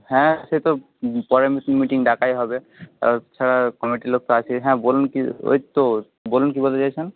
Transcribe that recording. হ্যাঁ সে তো পরে মিটিং ডাকাই হবে তাছাড়া কমিটির লোক তো আছেই হ্যাঁ বলুন কি ওই তো বলুন কি বলতে চাইছেন